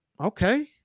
Okay